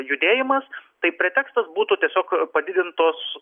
judėjimas tai pretekstas būtų tiesiog padidintos